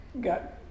got